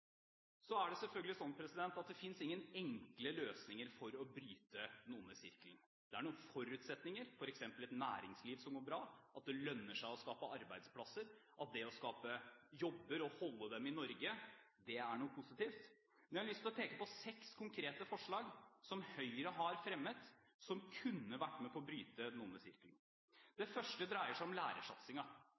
Så er det selvfølgelig slik at det fins ingen enkle løsninger for å bryte den onde sirkelen. Det er noen forutsetninger, f.eks. et næringsliv som går bra, at det lønner seg å skape arbeidsplasser, at det å skape jobber og holde dem i Norge er noe positivt. Men jeg har lyst til å peke på seks konkrete forslag som Høyre har fremmet, og som kunne vært med på å bryte den onde sirkelen. Det første dreier seg om